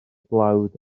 dlawd